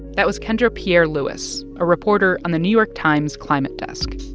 that was kendra pierre-louis, a reporter on the new york times' climate desk